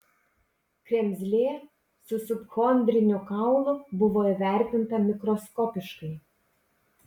kremzlė su subchondriniu kaulu buvo įvertinta mikroskopiškai